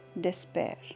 despair